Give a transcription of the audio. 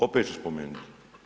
Opet ću spomenuti.